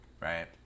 right